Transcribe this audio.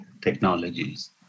technologies